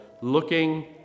looking